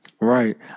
Right